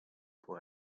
for